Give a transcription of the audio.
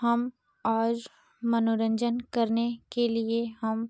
हम और मनोरंजन करने के लिए हम